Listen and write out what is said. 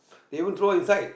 they even throw inside